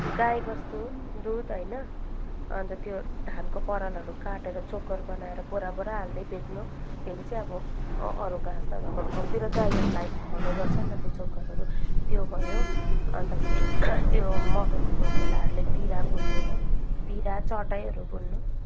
गाई बस्तु दुध होइन अन्त त्यो धानको परालहरू काटेर चोकर बनाएर बोरा बोरा हाल्दै बेच्नु त्यसले चाहिँ अब अरू घाँस नभएको ठाउँतिर गाईहरूलाई खुवाउने गर्छन् र ति चोकरहरू त्यो भयो अन्त फेरि त्यो मकैको खोसेलाहरूले पिरा बुन्नु हो पिरा चटाईहरू बुन्नु